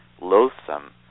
loathsome